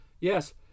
Yes